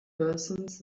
persons